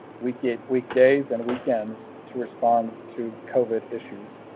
we get weekdays and weekends to respond to covid issues.